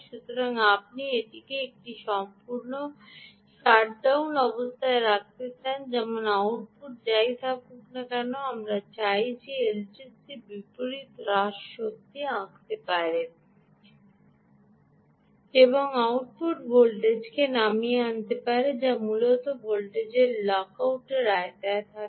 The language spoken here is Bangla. সুতরাং আপনি এটিকে একটি সম্পূর্ণ শাটডাউন অবস্থায় রাখতে চান যেমন আউটপুট যাই থাকুক না কেন আমরা চাই না যে এলটিসি বিপরীত হ্রাসে শক্তি আঁকতে পারে এবং আউটপুট ভোল্টেজকে নামিয়ে আনতে পারে যা মূলত ভোল্টেজ লক আউটের আওতায় থাকে